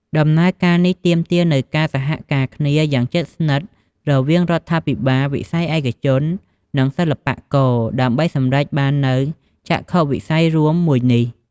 ដំណើរការនេះទាមទារនូវការសហការគ្នាយ៉ាងជិតស្និទ្ធរវាងរដ្ឋាភិបាល វិស័យឯកជន និងសិល្បករ ដើម្បីសម្រេចបាននូវចក្ខុវិស័យរួមមួយនេះ។